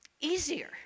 easier